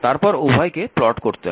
তারপর উভয়কে প্লট করতে হবে